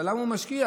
אבל למה הוא משקיע?